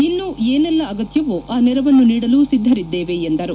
ಇನ್ನೂ ಏನೆಲ್ಲ ಅಗತ್ನವೋ ಆ ನೆರವನ್ನು ನೀಡಲು ಸಿದ್ದರಿದ್ದೇವೆ ಎಂದರು